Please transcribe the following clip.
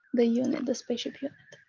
the unit, the spaceship unit.